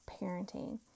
parenting